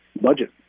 budget